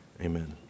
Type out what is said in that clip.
Amen